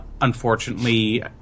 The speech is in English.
Unfortunately